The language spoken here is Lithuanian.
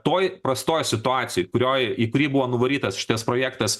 toj prastoj situacijoj kurioj į kurį buvo nuvarytas šitas projektas